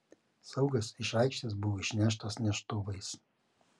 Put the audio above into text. saugas iš aikštės buvo išneštas neštuvais